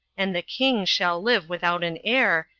and the king shall live without an heir,